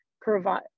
provide